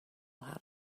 how